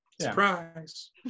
Surprise